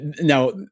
now